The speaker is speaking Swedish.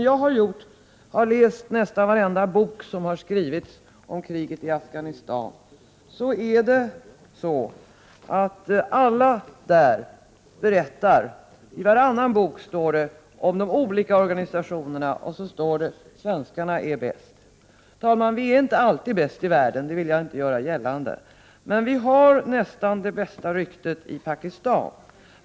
Jag har läst nästan varenda bok som har skrivits om kriget i Afghanistan. I varannan bok står det berättat om olika organisationer, och sedan står det att svenskarna är bäst. Fru talman! Vi är inte alltid bäst i världen, det vill jag inte göra gällande. Men vi har nästan det bästa ryktet i Pakistan.